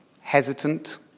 hesitant